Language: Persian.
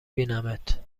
بینمت